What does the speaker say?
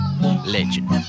Legend